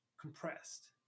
compressed